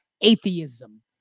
atheism